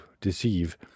deceive